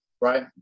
right